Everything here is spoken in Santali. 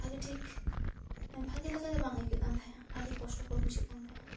ᱵᱷᱟᱜᱮ ᱴᱷᱤᱠ ᱵᱷᱟᱜᱮ ᱞᱮᱠᱟ ᱜᱮ ᱵᱟᱝ ᱟᱹᱭᱠᱟᱹᱜ ᱠᱟᱱ ᱛᱟᱦᱮᱜᱼᱟ ᱟᱹᱰᱤ ᱠᱚᱥᱴᱚᱠᱚᱨ ᱵᱩᱡᱷᱟᱹᱜ ᱠᱟᱱ ᱛᱟᱦᱮᱸᱜᱼᱟ